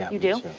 you do?